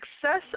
success